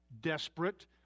desperate